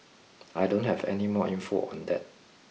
I don't have any more info than that